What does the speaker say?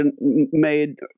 made